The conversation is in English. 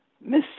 Miss